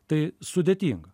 tai sudėtinga